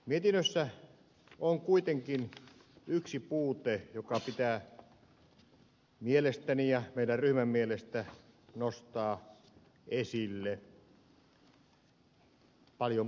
mietinnössä on kuitenkin yksi puute joka pitää mielestäni ja meidän ryhmämme mielestä nostaa esille paljon painokkaammin